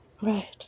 Right